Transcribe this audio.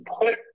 put